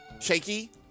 Shaky